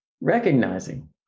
recognizing